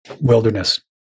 wilderness